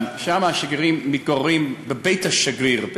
השגרירים מתגוררים בבית השגריר,